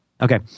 Okay